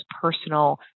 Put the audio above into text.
personal